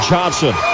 Johnson